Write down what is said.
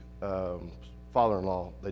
father-in-law